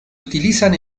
utilizan